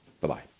Bye-bye